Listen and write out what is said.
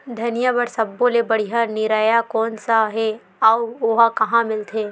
धनिया बर सब्बो ले बढ़िया निरैया कोन सा हे आऊ ओहा कहां मिलथे?